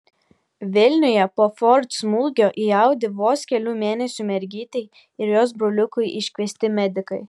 vilniuje po ford smūgio į audi vos kelių mėnesių mergytei ir jos broliukui iškviesti medikai